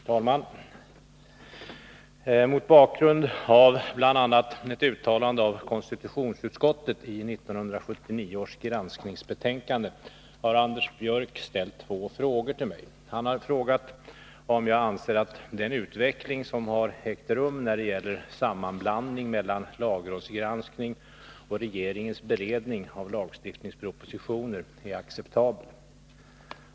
Herr talman! Mot bakgrund av bl.a. ett uttalande av konstitutionsutskottet i 1979 års granskningsbetänkande har Anders Björck ställt två frågor till mig. Han har frågat om jag anser att den utveckling som har ägt rum när det gäller sammanblandning mellan lagrådsgranskning och regeringens beredning av lagstiftningspropositioner är acceptabel.